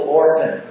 orphan